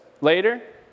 later